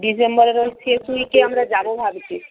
ডিসেম্বরের ওই শেষ উইকে আমরা যাব ভাবছি